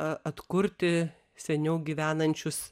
atkurti seniau gyvenančius